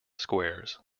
squares